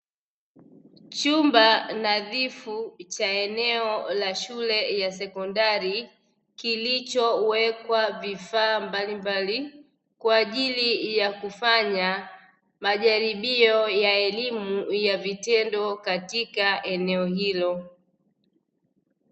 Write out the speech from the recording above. Chumba nadhifu cha eneo la shule ya sekondari, kilichowekwa vifaa mbalimbali kwaajili ya kufanya majaribio ya elimu ya vitendo katika eneo hilo.